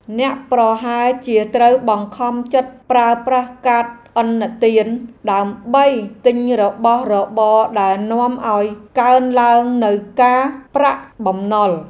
អ្នកប្រហែលជាត្រូវបង្ខំចិត្តប្រើប្រាស់កាតឥណទានដើម្បីទិញរបស់របរដែលនាំឱ្យកើនឡើងនូវការប្រាក់បំណុល។